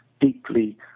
deeply